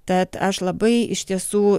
tad aš labai iš tiesų